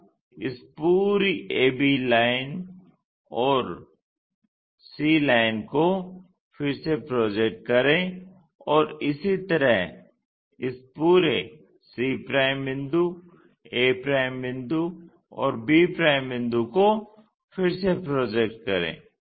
अब इस पूरी ab लाइनों और c लाइन को फिर से प्रोजेक्ट करें और इसी तरह इस पूरे c बिंदु a बिंदु और b बिंदु को फिर से प्रोजेक्ट करें